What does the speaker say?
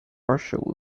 marcia